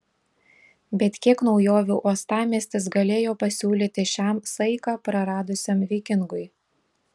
bet kiek naujovių uostamiestis galėjo pasiūlyti šiam saiką praradusiam vikingui